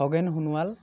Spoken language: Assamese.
খগেন সোণোৱাল